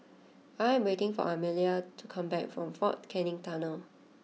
I am waiting for Amalia to come back from Fort Canning Tunnel